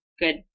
good